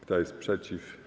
Kto jest przeciw?